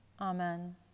amen